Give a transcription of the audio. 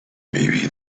maybe